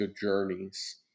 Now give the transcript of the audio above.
journeys